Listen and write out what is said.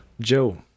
Joe